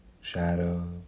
shadow